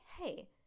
Hey